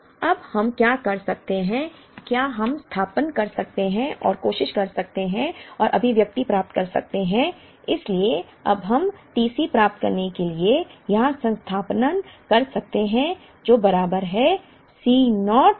तो अब हम क्या कर सकते हैं क्या हम स्थानापन्न कर सकते हैं और कोशिश कर सकते हैं और अभिव्यक्ति प्राप्त कर सकते हैं इसलिए अब हम TC प्राप्त करने के लिए यहां स्थानापन्न कर सकते हैं जो बराबर है C naught w D